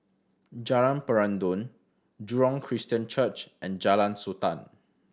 Jalan Peradun Jurong Christian Church and Jalan Sultan